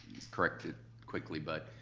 correct it quickly, but,